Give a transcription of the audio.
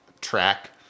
track